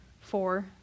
four